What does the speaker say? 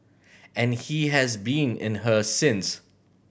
and he has been in her since